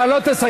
אתה לא תסיים.